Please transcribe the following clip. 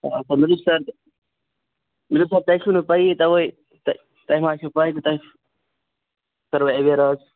البتہٕ مےٚ دوٚپ سَر مےٚ دوٚپ سر تۅہہِ چھُنہٕ پَیِی تَوے تُہۍ ما آسوٕ پےَ تُہۍ کٔرِو ایٚوِیَر اَز